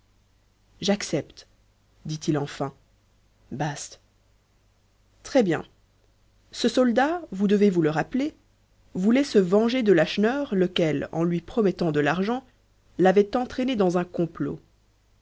j'accepte dit-il enfin bast très-bien ce soldat vous devez vous le rappeler voulait se venger de lacheneur lequel en lui promettant de l'argent l'avait entraîné dans un complot